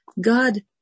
God